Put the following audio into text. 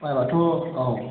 बाहायबाथ' औ